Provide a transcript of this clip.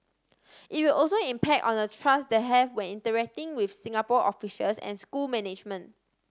it will also impact on the trust they have when interacting with Singapore officials and school management